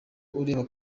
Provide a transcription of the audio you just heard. ureba